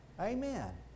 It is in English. Amen